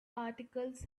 articles